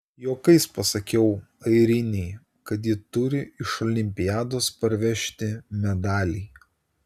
juokais pasakiau airinei kad ji turi iš olimpiados parvežti medalį